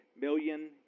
million